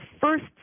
first